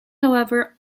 however